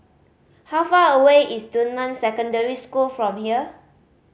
how far away is Dunman Secondary School from here